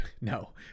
No